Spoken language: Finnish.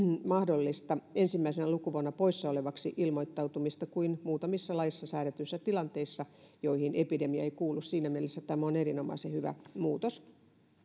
mahdollista ensimmäisenä lukuvuonna poissa olevaksi ilmoittautumista kuin muutamissa laissa säädetyissä tilanteissa joihin epidemia ei kuulu siinä mielessä tämä on erinomaisen hyvä muutos